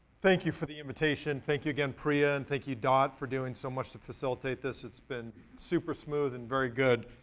thank you for the invitation, thank you again pria and thank you dot for doing so much to facilitate this, it's been super smooth and very good.